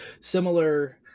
similar